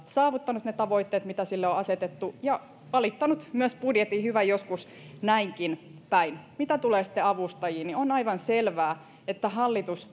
saavuttanut ne tavoitteet mitä sille on asetettu ja alittanut myös budjetin hyvä joskus näinkin päin mitä tulee avustajiin niin on aivan selvää että hallitus